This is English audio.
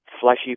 fleshy